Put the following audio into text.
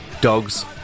dogs